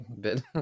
bit